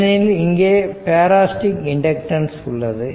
ஏனெனில் இங்கே parasitic inductance உள்ளது